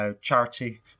charity